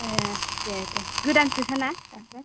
एह दे दे गोदानसोखा ना दासो